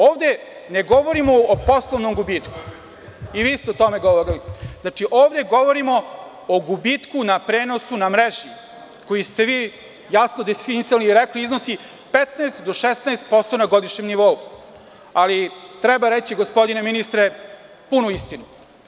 Ovde ne govorimo o poslovnom gubitku i vi ste o tome govorili, znači ovde govorimo o gubitku na prenosu, na mreži koju ste vi jasno definisali i rekli iznosi 15 do 16% na godišnjem nivou, ali treba reći gospodine ministre punu istinu.